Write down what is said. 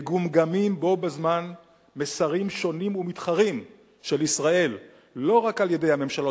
מגומגמים בו בזמן מסרים שונים ומתחרים של ישראל לא רק על-ידי הממשלות